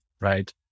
right